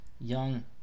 young